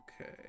Okay